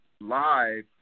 Live